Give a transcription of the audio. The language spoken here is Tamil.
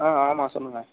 ஆ ஆமாம் சொல்லுங்கள்